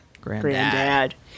Granddad